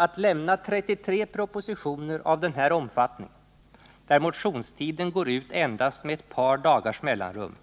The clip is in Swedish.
Att lämna 33 propositioner av den här omfattningen där motionstiden går ut med endast ett par dagars mellanrum